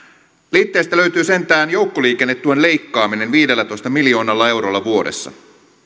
liitteistä löytyy sentään joukkoliikennetuen leikkaaminen viidellätoista miljoonalla eurolla vuodessa